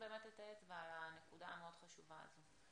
את האצבע על הנקודה המאוד חשובה הזאת.